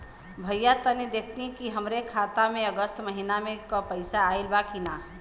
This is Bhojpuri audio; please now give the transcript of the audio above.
भईया तनि देखती की हमरे खाता मे अगस्त महीना में क पैसा आईल बा की ना?